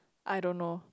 I don't know